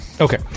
Okay